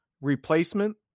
replacement